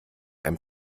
einem